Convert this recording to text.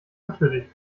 natürlich